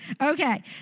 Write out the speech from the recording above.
Okay